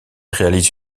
réalise